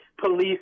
police